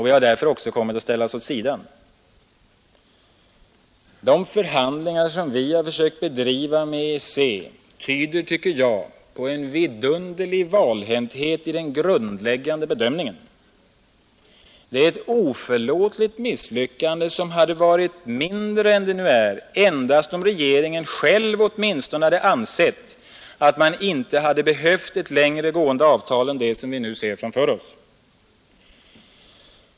Vi har därför också kommit att ställas åt sidan. De förhandlingar som vi har försökt bedriva med EEC tyder på en vidunderlig valhänthet i den grundläggande bedömningen. Det är ett oförlåtligt misslyckande som hade varit mindre än det är endast om regeringen åtminstone själv hade ansett att man inte hade behövt ett längre gående avtal än det som vi nu ser framför oss.